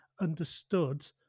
understood